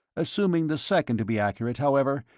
assuming the second to be accurate, however,